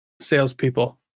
salespeople